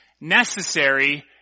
necessary